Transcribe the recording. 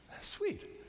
sweet